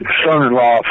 son-in-law